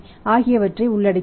ஆகியவற்றை உள்ளடக்கியது